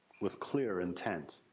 with clear intent.